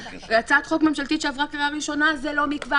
זו הצעת חוק ממשלתית שעברה קריאה ראשונה זה לא מכבר,